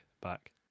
back